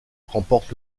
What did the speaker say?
remporte